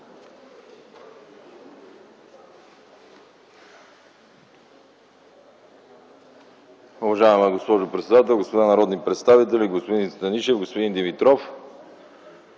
Уважаема госпожо председател, господа народни представители, господин Станишев, господин Димитров!